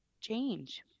change